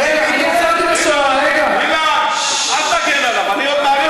אילן, אל תגן עליו, אני עוד,